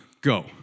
go